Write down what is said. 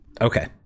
Okay